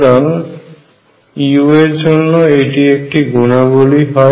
সুতরাং u এর জন্য এটি একটি গুণাবলী হয়